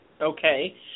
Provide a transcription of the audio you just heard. Okay